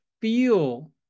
feel